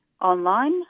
online